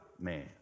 man